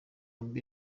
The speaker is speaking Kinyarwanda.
mbe